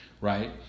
right